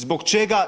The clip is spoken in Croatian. Zbog čega?